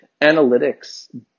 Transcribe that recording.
Analytics